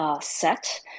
set